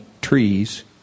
trees